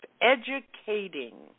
educating